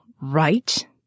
right